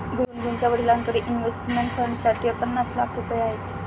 गुनगुनच्या वडिलांकडे इन्व्हेस्टमेंट फंडसाठी पन्नास लाख रुपये आहेत